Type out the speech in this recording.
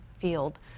field